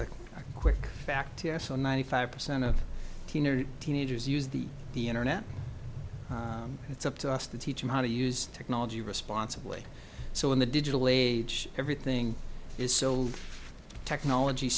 second quick fact yes so ninety five percent of teenagers use the the internet it's up to us to teach them how to use technology responsibly so in the digital age everything is so old technology